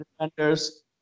defenders